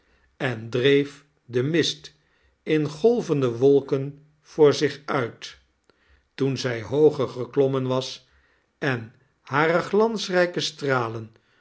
en dreef den mist in golvende wolken voor zich uit toen zij hooger geklommen was en hare glansrijke stralen